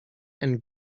and